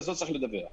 אז לא צריך לדווח.